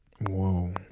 Whoa